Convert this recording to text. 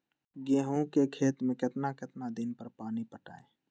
गेंहू के खेत मे कितना कितना दिन पर पानी पटाये?